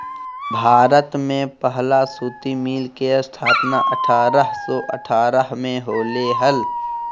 भारत में पहला सूती मिल के स्थापना अठारह सौ अठारह में होले हल